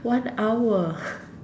one hour